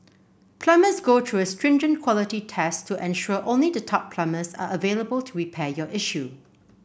plumbers go through a stringent quality test to ensure only the top plumbers are available to repair your issue